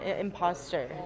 imposter